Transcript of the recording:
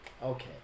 Okay